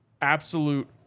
absolute